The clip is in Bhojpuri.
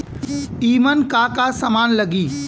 ईमन का का समान लगी?